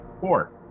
four